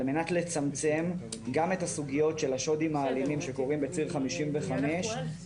על מנת לצמצם גם את הסוגיות של השודים האלימים שקורים בציר 55 וגם